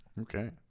Okay